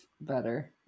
better